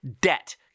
Debt